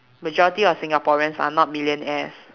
majority of singaporeans are not millionaires